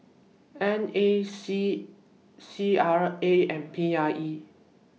N A C C R A and P I E